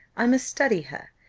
i must study her,